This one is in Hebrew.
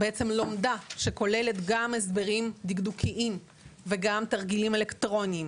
בעצם לומדה שכוללת גם הסברים דקדוקיים וגם תרגילים אלקטרוניים,